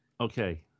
Okay